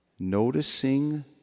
noticing